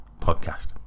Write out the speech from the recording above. podcast